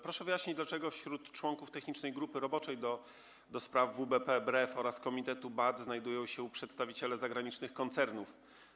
Proszę wyjaśnić, dlaczego wśród członków Technicznej Grupy Roboczej ds. WBP BREF oraz komitetu BAT znajdują się przedstawiciele zagranicznych koncernów.